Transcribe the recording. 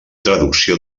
traducció